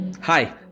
Hi